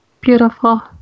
Beautiful